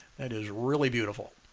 it is really beautiful.